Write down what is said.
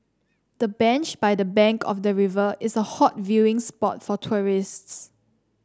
the bench by the bank of the river is a hot viewing spot for tourists